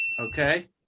Okay